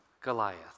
Goliath